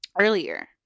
earlier